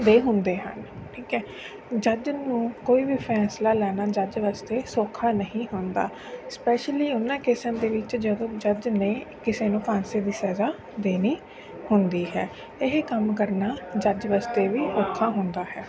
ਦੇ ਹੁੰਦੇ ਹਨ ਠੀਕ ਹੈ ਜੱਜ ਨੂੰ ਕੋਈ ਵੀ ਫੈਸਲਾ ਲੈਣਾ ਜੱਜ ਵਾਸਤੇ ਸੌਖਾ ਨਹੀਂ ਹੁੰਦਾ ਸਪੈਸ਼ਲੀ ਉਹਨਾਂ ਕੇਸਾਂ ਦੇ ਵਿੱਚ ਜਦੋਂ ਜੱਜ ਨੇ ਕਿਸੇ ਨੂੰ ਫਾਂਸੀ ਦੀ ਸਜ਼ਾ ਦੇਣੀ ਹੁੰਦੀ ਹੈ ਇਹ ਕੰਮ ਕਰਨਾ ਜੱਜ ਵਾਸਤੇ ਵੀ ਔਖਾ ਹੁੰਦਾ ਹੈ